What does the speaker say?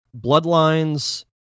Bloodlines